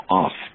off